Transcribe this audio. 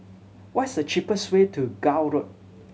what is the cheapest way to Gul Road